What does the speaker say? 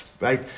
Right